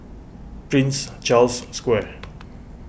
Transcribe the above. Prince Charles Square